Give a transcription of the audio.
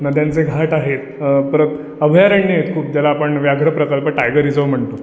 नद्यांचे घाट आहेत परत अभयारण्य आहेत खूप ज्याला आपण व्याघ्रप्रकल्प टायगर रिझर्व म्हणतो